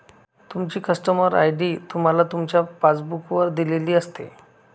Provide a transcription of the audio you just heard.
तुमची customer ID तुम्हाला तुमच्या पासबुक वर दिलेली असते